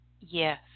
Yes